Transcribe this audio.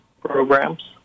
programs